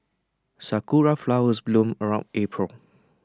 Sakura Flowers bloom around April